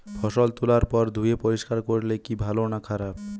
ফসল তোলার পর ধুয়ে পরিষ্কার করলে কি ভালো না খারাপ?